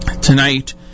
tonight